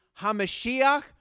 HaMashiach